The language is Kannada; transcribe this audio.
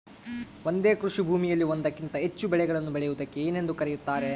ಒಂದೇ ಕೃಷಿಭೂಮಿಯಲ್ಲಿ ಒಂದಕ್ಕಿಂತ ಹೆಚ್ಚು ಬೆಳೆಗಳನ್ನು ಬೆಳೆಯುವುದಕ್ಕೆ ಏನೆಂದು ಕರೆಯುತ್ತಾರೆ?